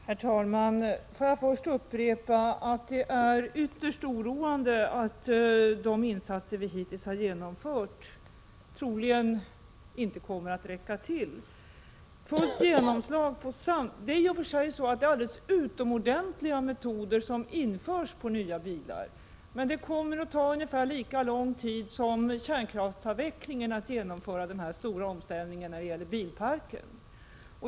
Herr talman! Får jag först upprepa att det är ytterst oroande att de insatser vi hittills har genomfört troligen inte kommer att räcka till. Det är i och för sig alldeles utomordentliga metoder som införs när det gäller nya bilar. Men det kommer att ta ungefär lika lång tid som kärnkraftsavvecklingen att genomföra denna stora omställning beträffande bilparken.